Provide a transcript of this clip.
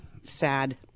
sad